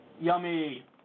Yummy